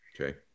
Okay